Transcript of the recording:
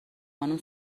خانم